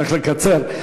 צריך לקצר.